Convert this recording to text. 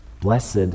blessed